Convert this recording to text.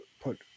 put